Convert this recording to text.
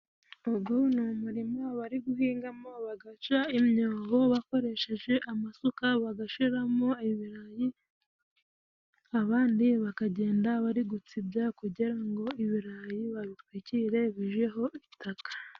Ugu numurima bari guhingamo, bagaca imyobo bakoresheje amasuka bagashiramo ibirayi ,abandi bakagenda bari gutsibya kugira ngo ibirayi babitwikire bijeho itaka.